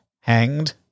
Hanged